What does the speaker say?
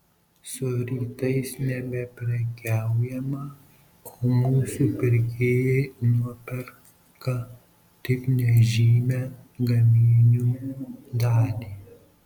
su rytais nebeprekiaujama o mūsų pirkėjai nuperka tik nežymią gaminių dalį